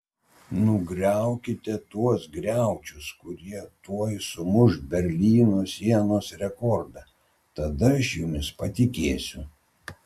nugriaukite tuos griaučius kurie tuoj sumuš berlyno sienos rekordą tada aš jumis patikėsiu